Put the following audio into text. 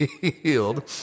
Healed